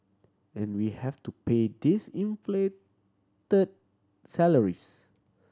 and we have to pay these inflated salaries